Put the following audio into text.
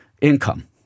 income